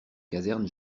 caserne